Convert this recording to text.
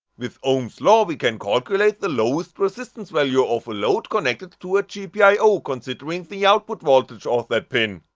with ohm's law we can calculate the lowest resistance value of a load connected to a gpio considering the output voltage of that pin.